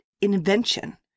invention